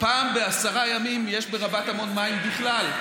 פעם בעשרה ימים יש ברבת עמון מים בכלל,